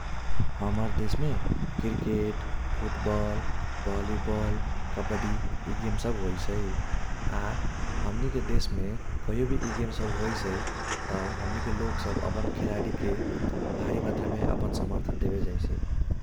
हमर देशमे cricket, football, volleyball, kabaddi इ गेम सब होइसै। आ हमनीके देशमे कहियो भी इ गेम सब होइसै त हमनीके लोग सब अपन खेलाडीके बाढी मात्रा मे अपन समर्थन देबे जाईसै ।